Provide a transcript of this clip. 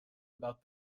about